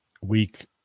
Weak